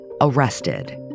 arrested